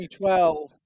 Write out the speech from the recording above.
2012